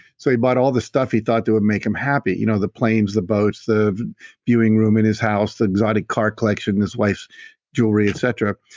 so he bought all the stuff he thought they would make him happy, you know the planes, the boats, the viewing room in his house, the exotic car collection, his wife's jewelry, et cetera.